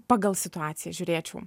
pagal situaciją žiūrėčiau